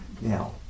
Now